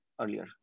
earlier